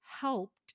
helped